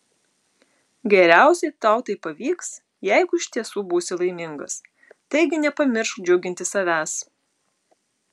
geriausiai tau tai pavyks jeigu iš tiesų būsi laimingas taigi nepamiršk džiuginti savęs